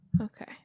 Okay